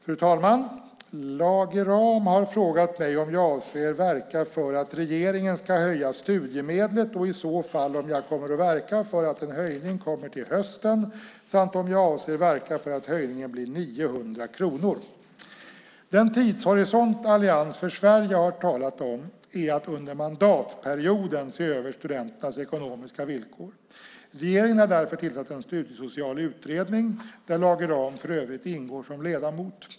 Fru talman! Lage Rahm har frågat mig om jag avser att verka för att regeringen ska höja studiemedlet och i så fall om jag kommer att verka för att en höjning kommer till hösten samt om jag avser att verka för att höjningen blir 900 kronor. Den tidshorisont Allians för Sverige har talat om är att under mandatperioden se över studenternas ekonomiska villkor. Regeringen har därför tillsatt en studiesocial utredning , där Lage Rahm för övrigt ingår som ledamot.